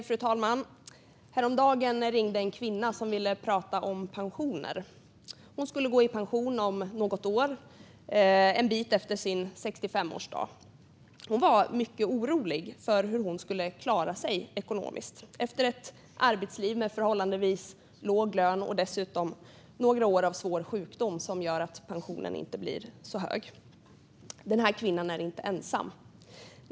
Fru talman! Häromdagen ringde en kvinna som ville prata om pensioner. Hon skulle gå i pension om något år, en bit efter sin 65-årsdag. Hon var mycket orolig för hur hon skulle klara sig ekonomiskt efter ett arbetsliv med förhållandevis låg lön och dessutom några år av svår sjukdom som gjort att pensionen inte blir så hög. Den här kvinnan är inte ensam.